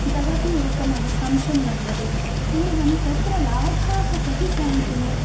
तदपि एकम् अंशं वर्तते एवं तत्र लाभाः कति सन्ति